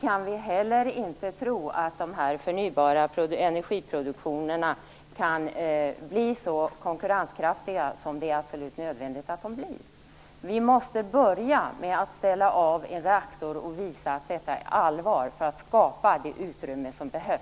kan vi inte heller tro att den förnybara energiproduktionen kan bli så konkurrenskraftig som det är absolut nödvändigt att den blir. Vi måste börja med att ställa av en reaktor och visa att detta är allvar för att skapa det utrymme som behövs.